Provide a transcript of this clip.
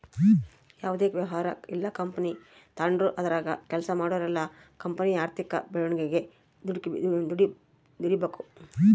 ಯಾವುದೇ ವ್ಯವಹಾರ ಇಲ್ಲ ಕಂಪನಿ ತಾಂಡ್ರು ಅದರಾಗ ಕೆಲ್ಸ ಮಾಡೋರೆಲ್ಲ ಕಂಪನಿಯ ಆರ್ಥಿಕ ಬೆಳವಣಿಗೆಗೆ ದುಡಿಬಕು